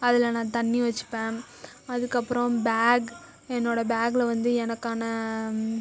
அதில் நான் தண்ணி வச்சுப்பேன் அதுக்கப்புறம் பேக் என்னோடய பேக்கில் வந்து எனக்கான